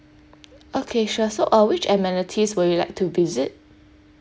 okay sure so uh which amenities will you like to visit